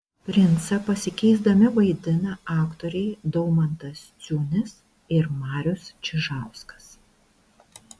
princą pasikeisdami vaidina aktoriai daumantas ciunis ir marius čižauskas